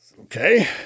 Okay